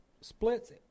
splits